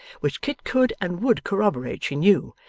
which kit could and would corroborate she knew,